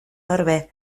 orbe